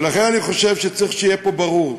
ולכן אני חושב שצריך שיהיה פה ברור: